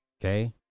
Okay